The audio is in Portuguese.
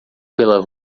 pela